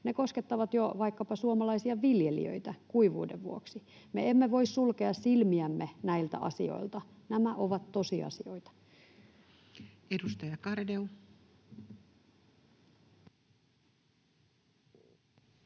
Ne koskettavat jo vaikkapa suomalaisia viljelijöitä kuivuuden vuoksi. Me emme voi sulkea silmiämme näiltä asioilta. Nämä ovat tosiasioita. [Speech